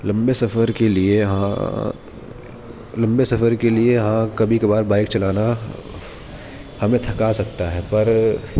لمبے سفر کے لیے ہاں لمبے سفر کے لیے ہاں کبھی کبھار بائیک چلانا ہمیں تھکا سکتا ہے پر